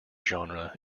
genre